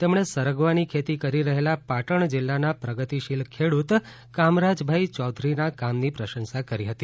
તેમણે સરગવાની ખેતી કરી રહેલા પાટણ જીલ્લાના પ્રગતિશીલ ખેડૂત કામરાજ ભાઈ ચૌધરીના કામની પ્રશંસા કરી હતી